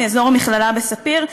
מאזור מכללת ספיר.